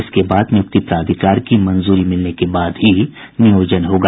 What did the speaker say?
इसके बाद नियुक्ति प्राधिकार की मंजूरी मिलने के बाद ही नियोजन होगा